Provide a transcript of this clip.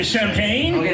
Champagne